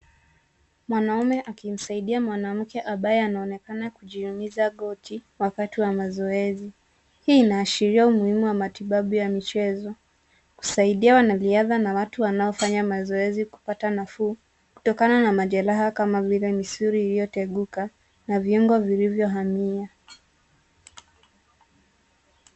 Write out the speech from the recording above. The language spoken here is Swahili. Mwanaume akimsaidia mwanamke ambaye anaonekana kujiumiza goti wakati wa mazoezi. Hii inaashiria umuhimu wa matibabu ya michezo, kusaidia wanariadha na watu wanaofanya mazoezi kupata nafuu kutokano na majeraha kama vile misuli iliyoteguka na viungo vilivyoumia.